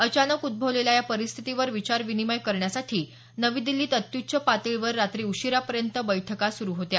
अचानक उद्भवलेल्या या परिस्थितीवर विचारविनिमय करण्यासाठी नवी दिल्लीत अत्युच्च पातळीवर रात्री उशिरापर्यंत बैठका सुरू होत्या